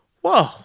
whoa